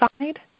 side